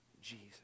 Jesus